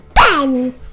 Ben